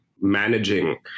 managing